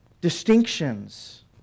distinctions